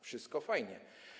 Wszystko fajnie.